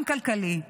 גם כלכלי.